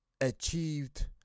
achieved